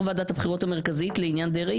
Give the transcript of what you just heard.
ראש ועדת הבחירות המרכזית לעניין דרעי?